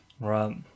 Right